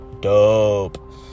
Dope